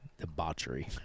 Debauchery